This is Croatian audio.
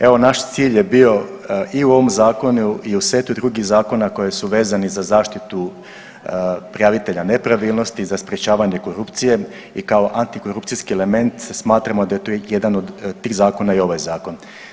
Evo naš cilj je bio i u ovom zakonu i u setu drugih zakona koji su vezani za zaštitu prijavitelja nepravilnosti, za sprječavanje korupcije i kao antikorupcijski element smatramo da je to jedan od tih zakona i ovaj zakon.